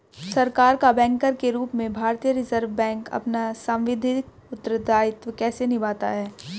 सरकार का बैंकर के रूप में भारतीय रिज़र्व बैंक अपना सांविधिक उत्तरदायित्व कैसे निभाता है?